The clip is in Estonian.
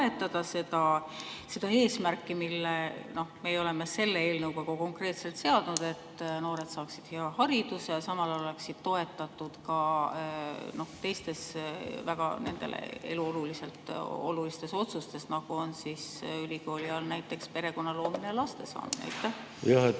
seda eesmärki, mille meie oleme selle eelnõuga konkreetselt seadnud, et noored saaksid hea hariduse ja samal ajal oleksid toetatud ka teistes nendele eluoluliselt väga olulistes otsustes, nagu on ülikooli ajal näiteks perekonna loomine ja laste